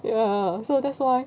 ya so that's why